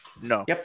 No